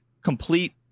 complete